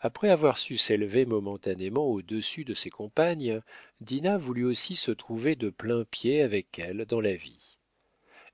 après avoir su s'élever momentanément au-dessus de ses compagnes dinah voulut aussi se trouver de plain-pied avec elles dans la vie